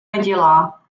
nedělá